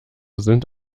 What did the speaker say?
sind